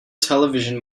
television